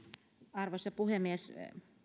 arvoisa puhemies